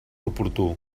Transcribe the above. oportú